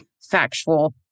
factual